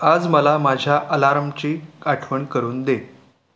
आज मला माझ्या अलारामची आठवण करून दे